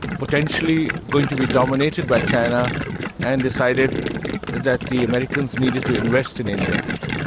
potentially going to be dominated by china and decided that the americans needed to invest in india.